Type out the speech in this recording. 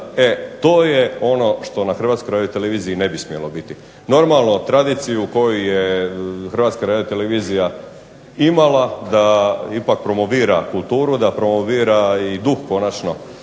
E to je ono što na Hrvatskoj radioteleviziji ne bi smjelo biti. Normalno tradiciju koju je Hrvatska radiotelevizija imala da ipak promovira kulturu, da promovira i duh konačno